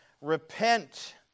repent